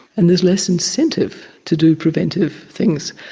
and there's less incentive to do preventive things.